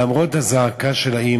למרות הזעקה של האימא.